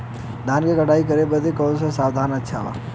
धान क कटाई करे बदे कवन साधन अच्छा बा?